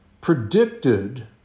predicted